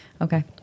okay